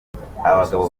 abagabo